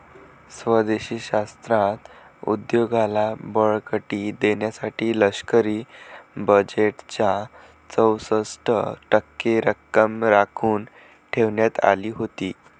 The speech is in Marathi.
स्वदेशी शस्त्रास्त्र उद्योगाला बळकटी देण्यासाठी लष्करी बजेटच्या चौसष्ट टक्के रक्कम राखून ठेवण्यात आली होती